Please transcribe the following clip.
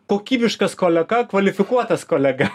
kokybiškas kolega kvalifikuotas kolega